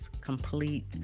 complete